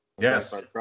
Yes